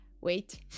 wait